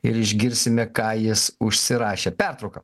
ir išgirsime ką jis užsirašė pertrauka